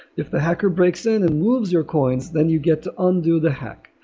if the hacker breaks in and moves your coins, then you get to undo the hack.